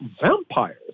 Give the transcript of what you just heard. vampires